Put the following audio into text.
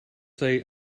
say